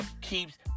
keeps